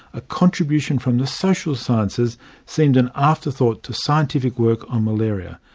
a contribution from the social sciences seemed an afterthought to scientific work on malaria.